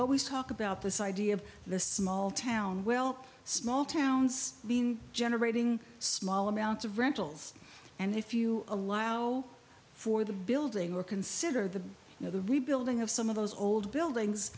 always talk about this idea of the small town well small towns been generating small amounts of rentals and if you allow for the building or consider the you know the rebuilding of some of those old buildings